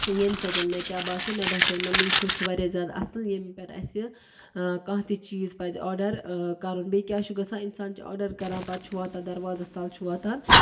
ییٚمہِ سۭتۍ مےٚ کیٛاہ باسیو مےٚ باسیو نَہ میٖشو چھِ وارِیاہ زیادٕ اَصٕل ییٚمہِ پٮ۪ٹھ اَسہِ کانٛہہ تہِ چیٖز پَزِ آرڈر کَرُن بیٚیہِ کیٛاہ چھُ گَژھان اِنسان چھِ آرڈر کَران پَتہٕ چھُ واتان دروازس تل چھُ واتان